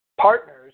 partners